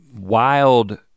wild